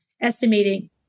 estimating